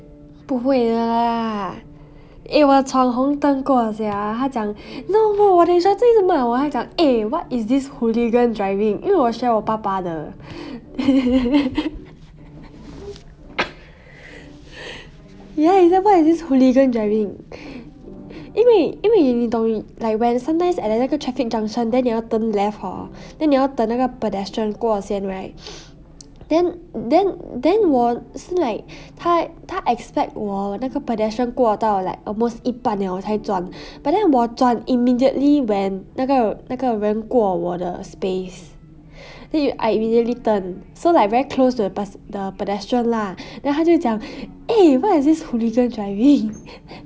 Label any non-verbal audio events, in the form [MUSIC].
不会的啦 eh 我有闯红灯过 sia 他讲 no no what 他就一直骂我 eh what is this hooligan driving 因为我学我爸爸的 [LAUGHS] [BREATH] ya he say who is this hooligan driving 因为因为你懂 like when sometimes at the 那个 traffic junction then 你要 turn left hor then 你要等那个 pedestrian 过先 right then then then 我 like 他他 expect 我等那个 pedestrian 过 like almost 一半了我才转 but then 我转 immediately when 那个那个人过我的 space [BREATH] I immediately turn so like very close to the pe~ pedestrian lah then 他就讲 eh what is this hooligan driving [LAUGHS]